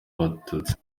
abatutsi